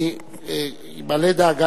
אני מלא דאגה,